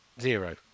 Zero